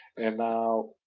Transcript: and now,